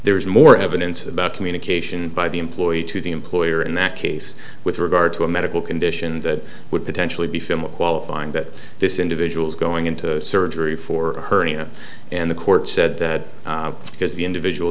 there is more evidence about communication by the employee to the employer in that case with regard to a medical condition that would potentially be film or qualifying that this individual's going into surgery for her nia and the court said that because the individual